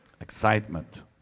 Excitement